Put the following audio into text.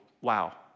wow